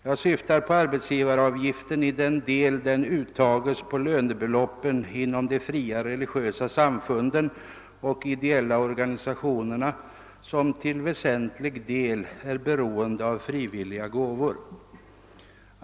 Jag syftar på den arbetsgivaravgift som uttages på lönebeloppen inom de fria religiösa samfunden och ideella organisationerna, som till väsentlig del är beroende av frivilliga gåvor.